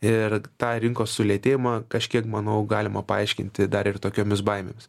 ir tą rinkos sulėtėjimą kažkiek manau galima paaiškinti dar ir tokiomis baimėmis